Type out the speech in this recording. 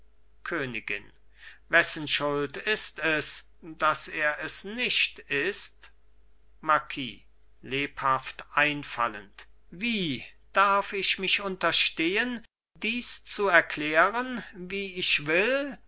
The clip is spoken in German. königin wessen schuld ist es daß er es nicht ist marquis lebhaft einfallend wie darf ich mich unterstehen dies zu erklären wie ich will